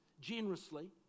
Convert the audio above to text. generously